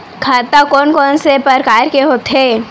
खाता कोन कोन से परकार के होथे?